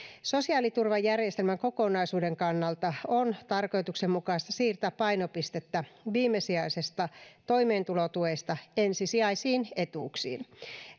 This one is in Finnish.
sosiaaliturvajärjestelmän kokonaisuuden kannalta on tarkoituksenmukaista siirtää painopistettä viimesijaisesta toimeentulotuesta ensisijaisiin etuuksiin